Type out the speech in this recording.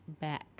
back